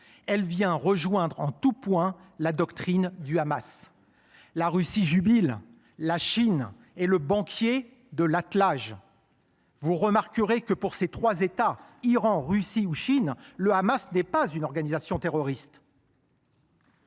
Elle vient rejoindre en tout point la doctrine du Hamas. La Russie jubile, la Chine est le banquier de l’attelage. Vous remarquerez que, pour ces trois États – Iran, Russie et Chine –, le Hamas n’est pas une organisation terroriste.